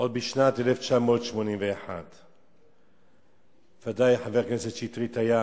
עוד משנת 1981. ודאי חבר הכנסת שטרית היה,